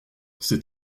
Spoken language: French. c’est